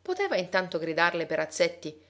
poteva intanto gridarle perazzetti